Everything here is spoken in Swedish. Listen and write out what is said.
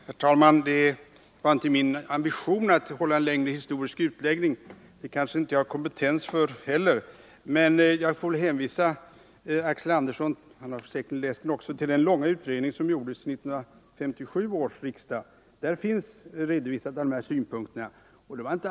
Herr talman! Det var inte min ambition att hålla en längre historisk utläggning. Det kanske jag inte har kompetens för heller. Jag får väl hänvisa Axel Andersson — han har säkerligen läst den — till den långa utredning som gjordes till 1957 års riksdag. Där finns de här synpunkterna redovisade.